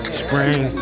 spring